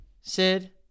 Sid